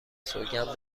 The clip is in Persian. سوگند